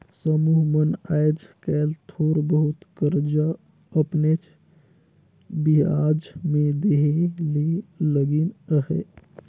समुह मन आएज काएल थोर बहुत करजा अपनेच बियाज में देहे ले लगिन अहें